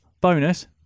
Bonus